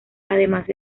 además